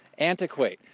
antiquate